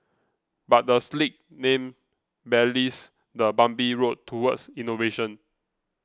but the slick name belies the bumpy road towards innovation